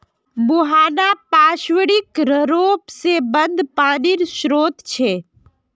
मुहाना पार्श्विक र्रोप से बंद पानीर श्रोत छे